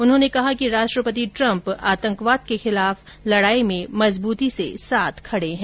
उन्होंने कहा कि राष्ट्रपति ट्रम्प आतंकवाद के खिलाफ लड़ाई में मजबूती से साथ खड़े हैं